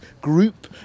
group